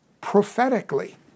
prophetically